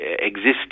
existing